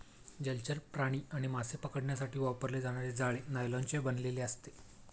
जलचर प्राणी आणि मासे पकडण्यासाठी वापरले जाणारे जाळे नायलॉनचे बनलेले असते